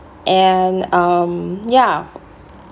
and um ya